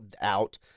out